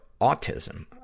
autism